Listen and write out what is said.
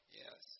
yes